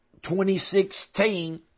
2016